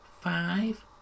five